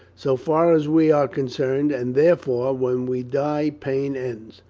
so far as we are concerned, and, therefore, when we die pain ends.